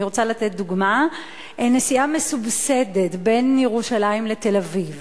אני רוצה לתת דוגמאות: נסיעה מסובסדת בין ירושלים לתל-אביב